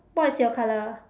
what is your colour